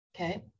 Okay